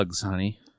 honey